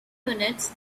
units